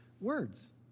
Words